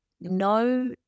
no